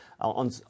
on